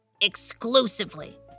Exclusively